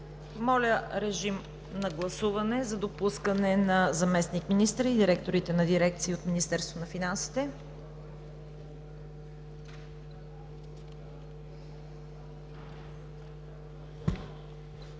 Моля, режим на гласуване за допускане на заместник-министъра и директорите на дирекции от Министерството на финансите.